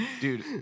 Dude